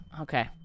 Okay